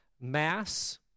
mass